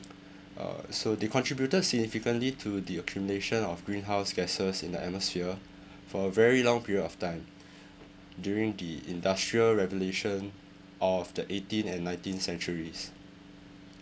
uh so they contributed significantly to the accumulation of greenhouse gases in the atmosphere for a very long period of time during the industrial revolution of the eighteenth and nineteenth centuries